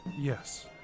Yes